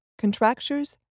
contractures